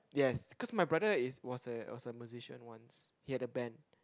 yes cause my brother is was a was a magician once he had a band